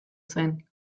zen